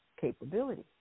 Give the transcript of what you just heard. capability